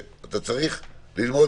אני לגמרי